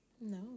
No